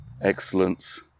excellence